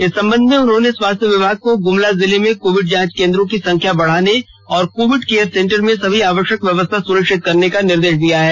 इस संबध में उन्होंने स्वास्थ्य विभाग को गुमला जिले में कोविड जाँच केंद्रों की संख्या बढ़ाने तथा कोविड केयर सेंटर में सभी आवश्यक व्यवस्था सुनिश्चित करने का निर्देश दिया है